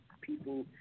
people